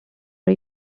are